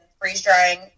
freeze-drying